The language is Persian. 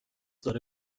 داره